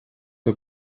que